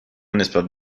نسبت